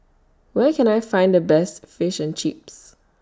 Where Can I Find The Best Fish and Chips